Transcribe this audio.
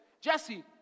Jesse